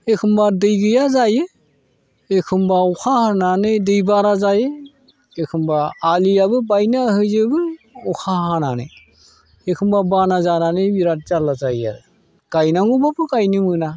एखमब्ला दै गैया जायो एखमब्ला अखा हानानै दै बारा जायो एखमब्ला आलियाबो बायनानै होजोबो अखा हानानै एखमब्ला बाना जानानै बिराद जारला जायो आरो गायनांगौब्लाबो गायनो मोना